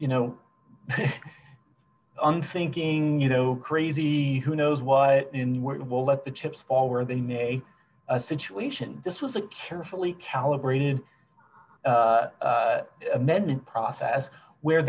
you know unthinking you know crazy who knows what will let the chips fall where they may a situation this was a carefully calibrated amendment process where